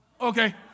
Okay